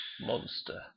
Monster